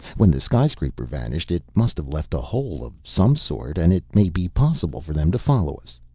when the skyscraper vanished it must have left a hole of some sort, and it may be possible for them to follow us